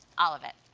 all of it.